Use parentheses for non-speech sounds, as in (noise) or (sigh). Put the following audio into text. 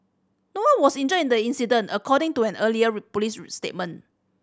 no one was injured in the incident according to an earlier (unintelligible) police (unintelligible) statement